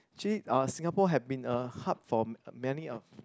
actually uh Singapore have been a hub for uh many of